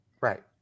Right